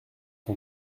son